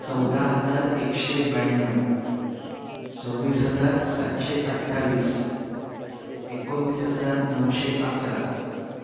चौदा हजार एकशे ब्याण्णव सव्वीस हजार सातशे अठ्ठावीस एकोणतीस हजार नऊशे अकरा